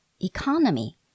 economy